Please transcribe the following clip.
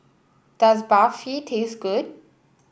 does Barfi taste good